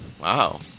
Wow